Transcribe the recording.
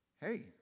hey